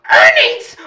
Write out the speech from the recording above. earnings